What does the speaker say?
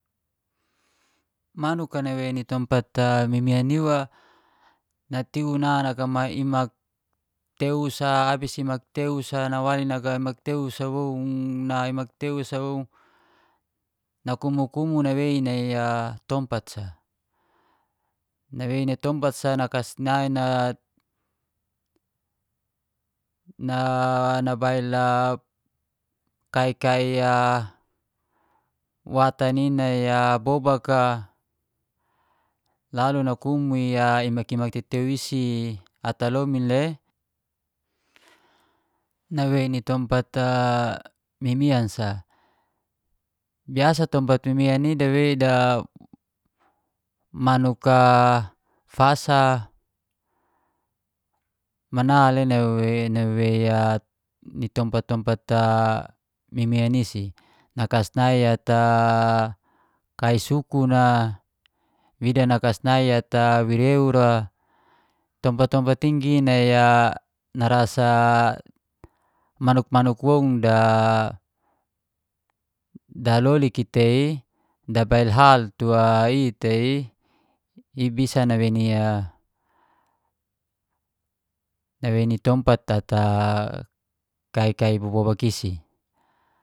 Manuk a nawei ni tompat mimian iwa natiu na nagamai imak teu sa abis imak teu sa nawali naga imak teu sa woun, na imak teu sa woun. Nakumu-kumu nawei nai a tompat sa, nawei nai tompat sa nakasnai na nabail kai kai watan i nai ia bobak a, lalu nakumu iya imak tetewi isi ata lomin le nawei ni tompat mimian sa. Biasa tompat mimian i dawei da manuk a fasa, mana le nawewei ni tompat-tompat mimian isi. Na kasnai ata kai sukun a, wida na kasnai ata weweura, tompat-tompat inggi nai a narasa manuk-manuk woun da lolik i tei, dabail hal tu i tei. I bisa nawei ni a nawei ni tompat ata kai-kai i bobobak isi.